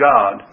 God